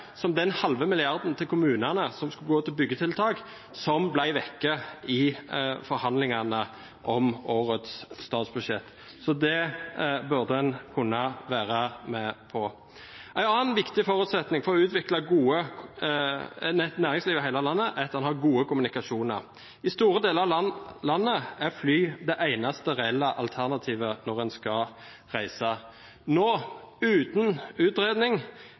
som den halve milliarden til kommunene som skulle gå til byggetiltak, som ble vekke i forhandlingene om årets statsbudsjett. Så det burde en kunne være med på. En annen viktig forutsetning for å utvikle et godt næringsliv i hele landet er at en har gode kommunikasjoner. I store deler av landet er fly det eneste reelle alternativet når en skal reise. Nå, uten utredning,